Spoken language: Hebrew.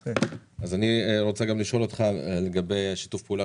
אז אני רוצה גם לשאול אותך לגבי שיתוף הפעולה